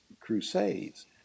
crusades